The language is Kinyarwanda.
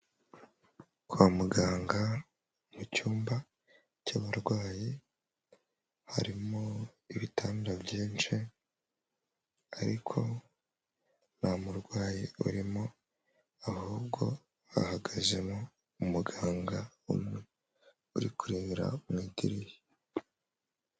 Kwa muganga mucyumba cy'abarwayi harimo ibitanda byinshi ariko nta murwayi urimo, ahubwo hahagazemo umuganga umwe uri kurebera mu idirishya.